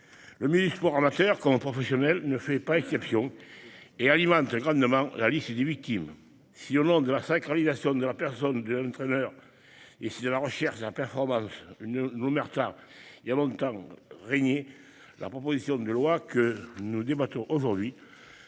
Le ministre amateurs comme professionnels ne fait pas exception. Et alimente grandement la liste des victimes. Si Hollande de la sacralisation de la personne de l'entraîneur et c'est de la recherche de la performance une omerta. Il y a longtemps régné la proposition de loi que nous débattons aujourd'hui.